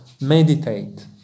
meditate